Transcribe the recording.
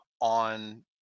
on